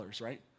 right